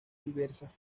diversas